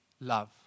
love